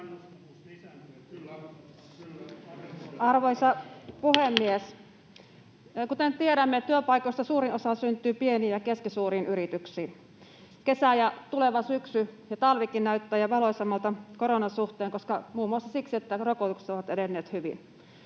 Arvoisa puhemies! Kuten tiedämme, työpaikoista suurin osa syntyy pieniin ja keskisuuriin yrityksiin. Kesä ja tuleva syksy ja talvikin näyttävät jo valoisammilta koronan suhteen muun muassa siksi, että rokotukset ovat edenneet hyvin.